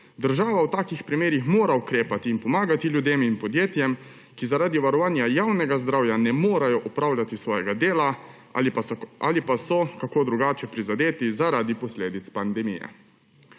Država ob takih primerih mora ukrepati in pomagati ljudem in podjetjem, ki zaradi varovanja javnega zdravja ne morejo opravljati svojega dela ali pa so kako drugače prizadeti zaradi posledic pandemije.